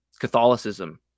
Catholicism